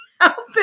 outfit